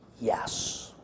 Yes